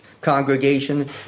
congregation